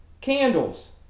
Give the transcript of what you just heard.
candles